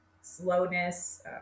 slowness